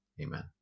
amen